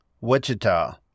Wichita